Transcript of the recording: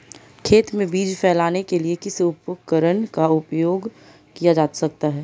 खेत में बीज फैलाने के लिए किस उपकरण का उपयोग किया जा सकता है?